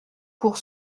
pour